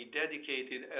dedicated